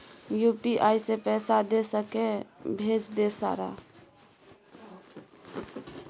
UPI से पैसा दे सके भेज दे सारा?